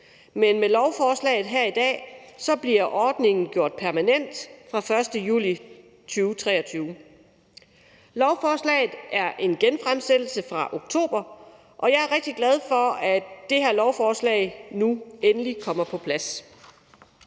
men med lovforslaget her i dag bliver ordningen gjort permanent fra 1. juli 2023. Lovforslaget er en genfremsættelse fra oktober, og jeg er rigtig glad for, at det her lovforslag nu endelig kommer på plads.